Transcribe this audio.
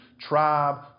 tribe